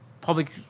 public